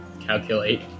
calculate